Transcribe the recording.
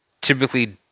typically